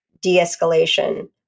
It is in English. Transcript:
de-escalation